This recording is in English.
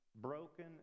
broken